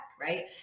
right